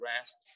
rest